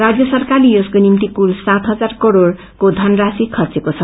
राज्य सरकारले यसको निम्ति कूल सात इजार करोड़को धनराशी खर्चेको छ